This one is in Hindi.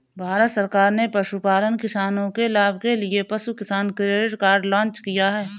भारत सरकार ने पशुपालन किसानों के लाभ के लिए पशु किसान क्रेडिट कार्ड लॉन्च किया